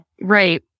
Right